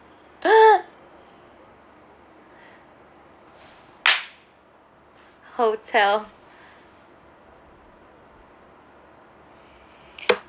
hotel